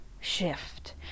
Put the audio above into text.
shift